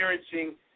experiencing